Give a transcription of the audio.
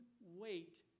wait